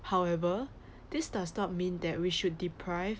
however this does not mean that we should deprive